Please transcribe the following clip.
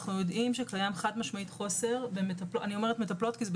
אנחנו יודעים שקיים חד משמעית חוסר במטפלות בשטח,